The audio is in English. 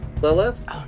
Lilith